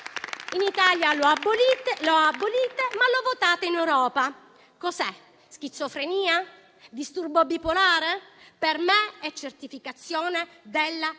In Italia lo abolite, ma lo votate in Europa. Cos'è, schizofrenia? Disturbo bipolare? Per me è certificazione della